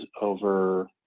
over